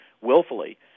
willfully